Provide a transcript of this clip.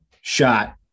shot